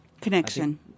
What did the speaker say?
Connection